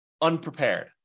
unprepared